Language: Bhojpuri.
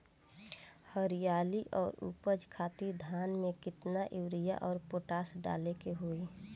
हरियाली और उपज खातिर धान में केतना यूरिया और पोटाश डाले के होई?